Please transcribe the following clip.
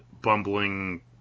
bumbling